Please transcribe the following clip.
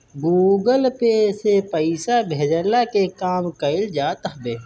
Google Pay से पईसा भेजला के काम कईल जात हवे